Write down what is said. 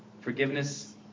Forgiveness